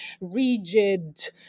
rigid